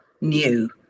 new